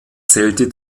zählte